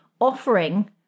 offering